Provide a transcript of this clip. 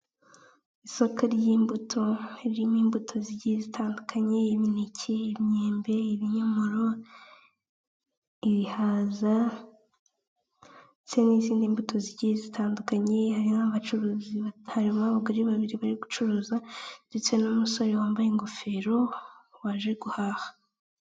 Isoka ry'imbuto ririmo imbuto zigiye zitandukanye, imineke, imyembe, ibinyomoro, ibihaza ndetse n'izindi mbuto zigiye zitandukanye, harimo abacuruzi, barimo abagore babiri bari gucuruza, ndetse n'umusore wambaye ingofero waje guhaha.